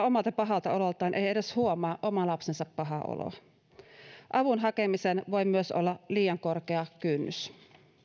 omalta pahalta ololtaan ei edes huomaa oman lapsensa pahaa oloa avun hakemiseen voi myös olla liian korkea kynnys